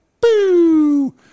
Boo